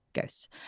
ghosts